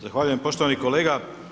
Zahvaljujem poštovani kolega.